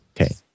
Okay